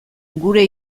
gure